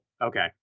Okay